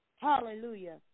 Hallelujah